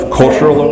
cultural